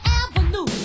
avenue